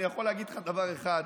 אני יכול להגיד לך דבר אחד: